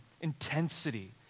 intensity